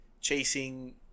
chasing